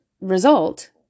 result